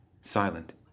silent